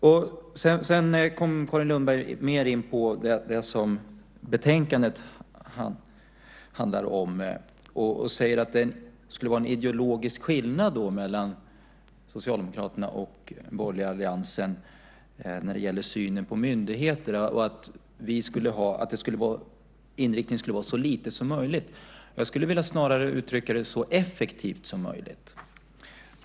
Sedan kom Carin Lundberg mer in på det som betänkandet handlar om och säger att det skulle vara en ideologisk skillnad mellan Socialdemokraterna och den borgerliga alliansen när det gäller synen på myndigheter och att vår inriktning skulle vara "så lite som möjligt". Jag skulle snarare vilja uttrycka det "så effektivt som möjligt".